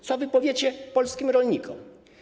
Co powiecie polskim rolnikom?